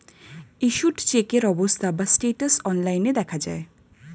issued চেকের অবস্থা বা স্ট্যাটাস অনলাইন দেখা যায়